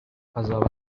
hazaba